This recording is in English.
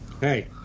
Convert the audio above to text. Hey